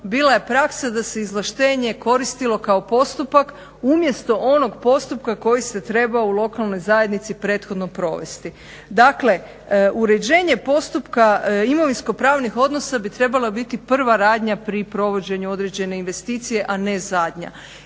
Bila je praksa da se izvlaštenje koristilo kao postupak umjesto onoga postupka koji se trebao u lokalnoj zajednici prethodno provesti. Dakle uređenje postupka imovinsko-pravnih odnosa bi trebala biti prva radnja pri provođenju određene investicije, a ne zadnja.